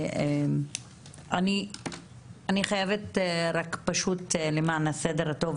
אני חייבת רק פשוט למען הסדר הטוב